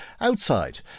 Outside